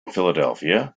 philadelphia